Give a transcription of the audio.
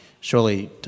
surely